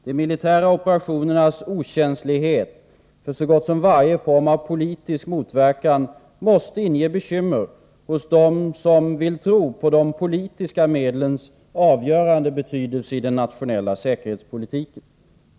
De militära operationernas okänslighet för så gott som varje form av politisk motverkan måste inge bekymmer hos dem som vill tro på de politiska medlens avgörande betydelse i den nationella säkerhetspolitiken.